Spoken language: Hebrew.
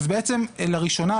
אז בעצם לראשונה,